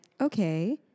okay